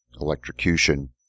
electrocution